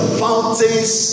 fountains